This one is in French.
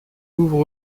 ouvre